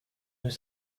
was